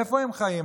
מאיפה הם חיים?